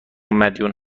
مدیون